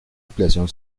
ampliación